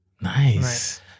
Nice